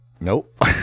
nope